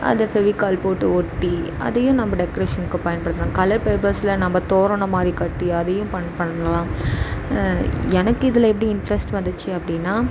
அதை ஃபெவிக்கால் போட்டு ஒட்டி அதையும் நம்ம டெக்ரேஷனுக்கு பயன்படுத்தலாம் கலர் பேப்பர்ஸில் நம்ம தோரணம் மாதிரி கட்டி அதையும் பண் பண்ணலாம் எனக்கு இதில் எப்படி இன்ட்ரெஸ்ட் வந்துச்சு அப்படினா